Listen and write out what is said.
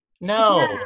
no